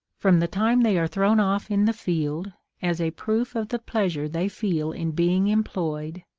from the time they are thrown off in the field, as a proof of the pleasure they feel in being employed,